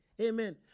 Amen